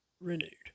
renewed